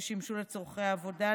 ששימשו לצורכי עבודה,